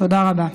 תודה רבה.